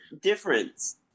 difference